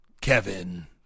Kevin